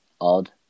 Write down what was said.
odd